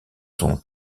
son